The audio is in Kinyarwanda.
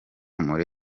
muri